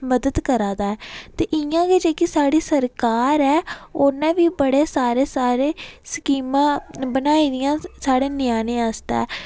मदद करा दा ऐ ते इं'या गै जेह्की साढ़ी सरकार ऐ उ'न्नै बी बड़े सारे साढ़ै स्कीमां बनाई दियां साढ़े ञ्यानें आस्तै